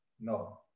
No